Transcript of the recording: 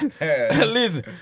listen